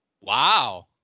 Wow